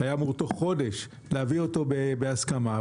שהיה אמור להביא אותו בהסכמה תוך חודש,